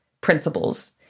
principles